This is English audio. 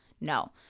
no